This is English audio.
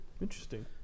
Interesting